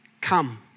Come